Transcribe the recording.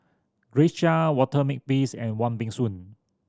Grace Chia Walter Makepeace and Wong Peng Soon